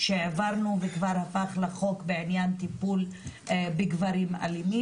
שהעברנו וכבר הפך לחוק בעניין טיפול בגברים אלימים.